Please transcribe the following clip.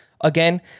again